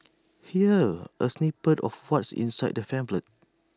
here's A snippet of what's inside the pamphlet